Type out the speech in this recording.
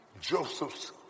Joseph's